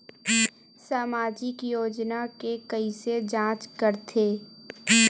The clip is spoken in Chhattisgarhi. सामाजिक योजना के कइसे जांच करथे?